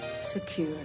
secure